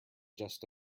just